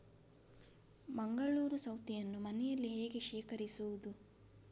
ಮಂಗಳೂರು ಸೌತೆಯನ್ನು ಮನೆಯಲ್ಲಿ ಹೇಗೆ ಶೇಖರಿಸುವುದು?